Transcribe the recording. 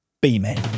B-Men